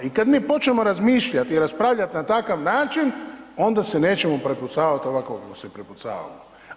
I kad mi počnemo razmišljati i raspravljat na takav način onda se nećemo prepucavati ovako kako se prepucavamo.